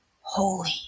holy